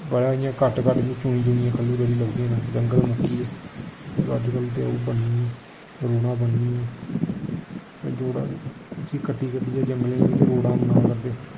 बड़ा इ'यां घट्ट घट्ट इ'यां चुनी चुनियै ख'ल्लूं जेह्ड़ी लभदियां न जंगल मुक्की गे होर अजकल्ल ते ओह् बनी गेइयां रोड़ां बनी गेइयां फिर जोह्ड़ा उस्सी कट्टी कट्टी जंगलें गी ते रोड़ां बनाऽ करदे